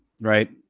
right